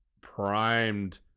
primed